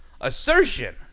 assertion